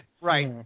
Right